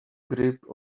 grip